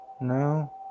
No